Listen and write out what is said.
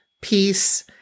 peace